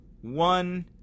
one